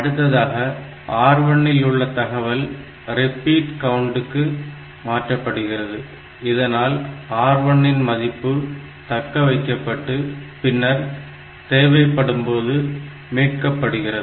அடுத்ததாக R1 இல் உள்ள தகவல் ரிப்பீட் கவுண்ட்க்கு மாற்றப்பட்டுகிறது இதனால் R1 இன் மதிப்பு தக்க வைக்கப்பட்டு பின்னர் தேவைப்படும்போது மீட்கப்படுகிறது